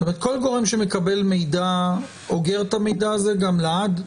הרי כל גורם שמקבל מידע אוגר את המידע הזה גם לעד?